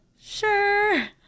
sure